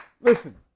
Listen